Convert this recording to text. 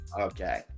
Okay